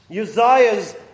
Uzziah's